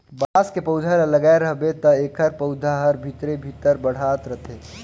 बांस के पउधा ल लगाए रहबे त एखर पउधा हर भीतरे भीतर बढ़ात रथे